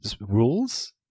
rules